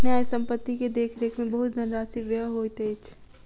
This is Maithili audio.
न्यास संपत्ति के देख रेख में बहुत धनराशि व्यय होइत अछि